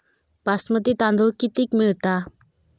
बासमती तांदूळ कितीक मिळता?